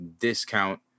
discount